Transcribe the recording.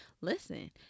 listen